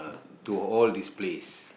to all these place